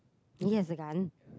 he has a gun